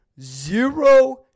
zero